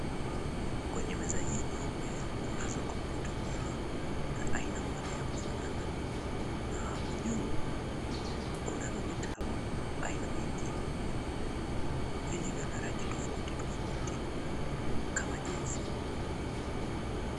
Kwenye meza hii nyeupe kunazo kompyuta mbili za aina moja ya kufanana na hapo juu kunavyo vitabu aina mingi vilivyo na rangi tofauti tofauti kama jinsi...